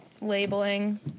labeling